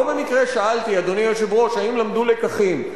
לא במקרה שאלתי, אדוני היושב-ראש, האם למדו לקחים.